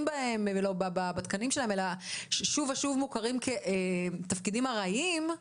בהם ובתקנים שלהם אלא הם שוב ושוב מוכרים כתפקידים ארעיים,